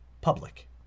public